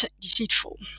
deceitful